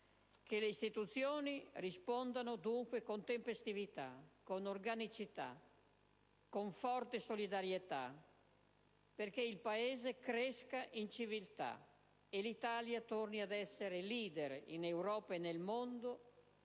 Che le istituzioni rispondano dunque con tempestività, con organicità, con forte solidarietà perché il Paese cresca in civiltà e l'Italia torni ad essere leader in Europa e nel mondo